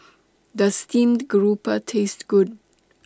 Does Steamed Garoupa Taste Good